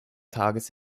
tages